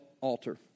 altar